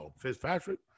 Fitzpatrick